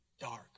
dark